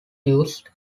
used